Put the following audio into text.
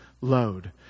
load